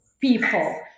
people